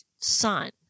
son